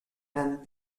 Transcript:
and